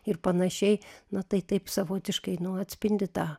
ir panašiai na tai taip savotiškai atspindi tą